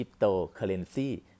cryptocurrency